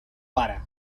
pare